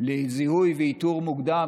לזיהוי ואיתור מוקדם,